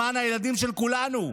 למען הילדים של כולנו.